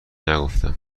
نگفتم